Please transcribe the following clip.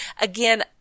again